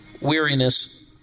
weariness